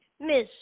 Miss